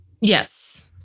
yes